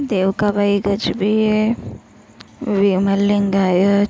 Devkabai Gajbhiye Vimal Lingayat